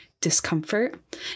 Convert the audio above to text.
discomfort